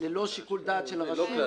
ללא שיקול דעת של הרשות --- לא כלל,